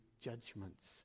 judgments